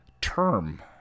term